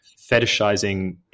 fetishizing